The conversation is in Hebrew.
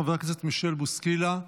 חבר הכנסת מישל בוסקילה,